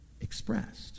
expressed